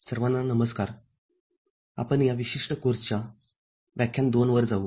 सर्वांना नमस्कार आपण या विशिष्ट कोर्सच्या व्याख्यान २ वर जाऊ